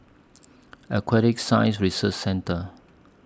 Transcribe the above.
Aquatic Science Research Centre